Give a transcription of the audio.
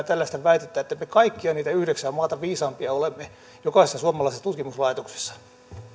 tällaista väitettä että me kaikkia niitä yhdeksää maata viisaampia olemme jokaisessa suomalaisessa tutkimuslaitoksessa